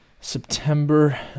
September